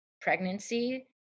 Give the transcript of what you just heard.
pregnancy